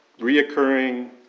reoccurring